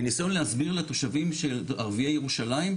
בניסיון להסביר לתושבים ערביי ירושלים,